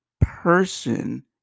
person